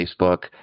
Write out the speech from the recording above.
Facebook